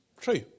True